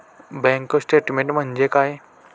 Bank statement म्हणजे काय?